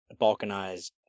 balkanized